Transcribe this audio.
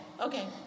Okay